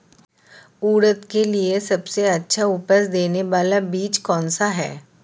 उड़द के लिए सबसे अच्छा उपज देने वाला बीज कौनसा है?